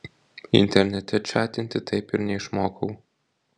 internete čatinti taip ir neišmokau